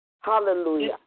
Hallelujah